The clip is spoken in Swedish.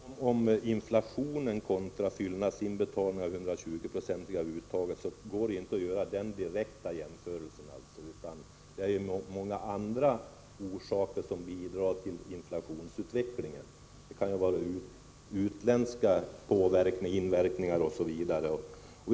Fru talman! Det har talats om inflationen kontra fyllnadsinbetalningar på 120 20, men det går inte att göra den direkta jämförelsen. Till inflationsutvecklingen bidrar nämligen många andra orsaker. Bl.a. kan utvecklingen utomlands påverka inflationen hos oss.